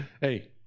Hey